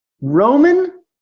Roman